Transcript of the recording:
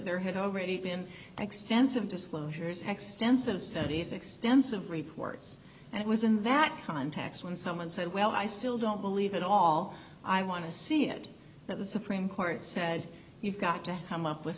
there had already been extensive disclosures how extensive studies extensive reports and it was in that context when someone said well i still don't believe it all i want to see it that the supreme court said you've got to hem up with